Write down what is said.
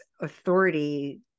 authority